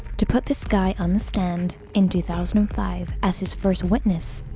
to put this guy on the stand, in two thousand and five, as his first witness,